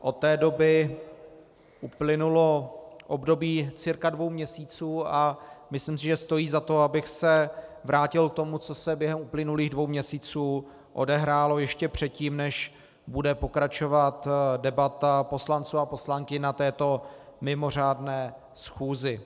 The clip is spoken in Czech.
Od té doby uplynulo období cca dvou měsíců a myslím si, že stojí za to, abych se vrátil k tomu, co se během uplynulých dvou měsíců odehrálo, ještě předtím, než bude pokračovat debata poslanců a poslankyň na této mimořádné schůzi.